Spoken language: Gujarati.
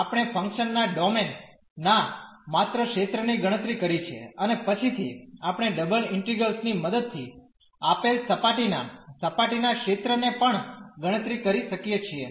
તેથી હવે આપણે ફંક્શન ના ડોમેન ના માત્ર ક્ષેત્રની ગણતરી કરી છે અને પછીથી આપણે ડબલ ઇન્ટિગ્રેલ્સ ની મદદથી આપેલ સપાટીના સપાટીના ક્ષેત્રને પણ ગણતરી કરી શકીએ છીએ